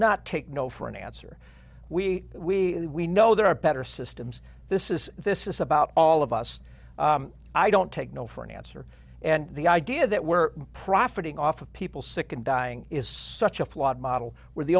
not take no for an answer we we we know there are better systems this is this is about all of us i don't take no for an answer and the idea that we're profiting off of people sick and dying is such a flawed model we're the